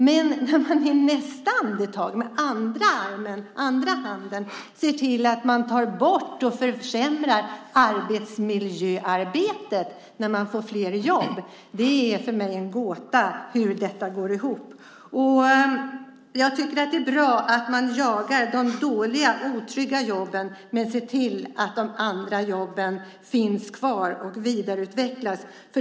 Men i nästa andetag, med andra armen, andra handen, ser man till att ta bort och försämra arbetsmiljöarbetet när man får fler jobb. Det är för mig en gåta hur detta går ihop. Jag tycker att det är bra att man jagar de dåliga, otrygga jobben. Men se till att de andra jobben finns kvar och vidareutvecklas!